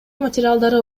материалдары